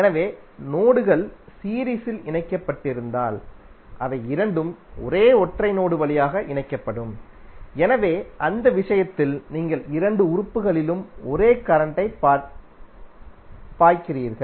எனவே நோடுகள் சீரீஸில் இணைக்கப்பட்டிருந்தால் அவை இரண்டும் ஒரே ஒற்றை நோடு வழியாக இணைக்கப்படும் எனவே அந்த விஷயத்தில் நீங்கள் இரண்டு உறுப்புகளிலும் ஒரே கரண்ட்டைப் பாய்க்கிறீர்கள்